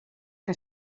que